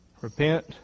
Repent